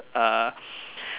uh